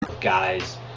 Guys